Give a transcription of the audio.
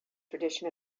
tradition